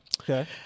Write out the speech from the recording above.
Okay